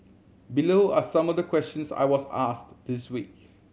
below are some of the questions I was asked this week